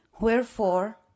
Wherefore